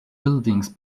buildings